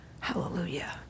hallelujah